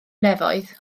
nefoedd